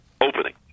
opening